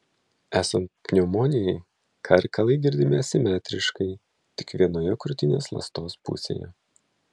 esant pneumonijai karkalai girdimi asimetriškai tik vienoje krūtinės ląstos pusėje